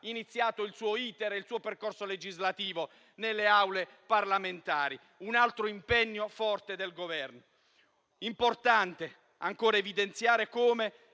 iniziato il suo *iter* e il suo percorso legislativo nelle Aule parlamentari. Si tratta di un altro impegno forte del Governo. È importante ancora evidenziare che